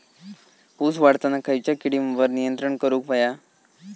ऊस वाढताना खयच्या किडींवर नियंत्रण करुक व्हया?